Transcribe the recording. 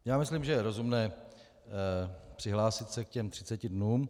Já myslím, že je rozumné přihlásit se k těm třiceti dnům.